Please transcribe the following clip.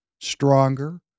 stronger